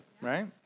right